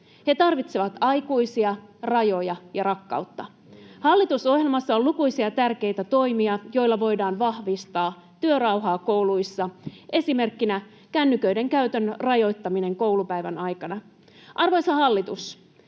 He tarvitsevat aikuisia, rajoja ja rakkautta. Hallitusohjelmassa on lukuisia tärkeitä toimia, joilla voidaan vahvistaa työrauhaa kouluissa, esimerkkinä kännyköiden käytön rajoittaminen koulupäivän aikana. Arvoisa hallitus,